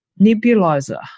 Nebulizer